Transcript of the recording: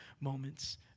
moments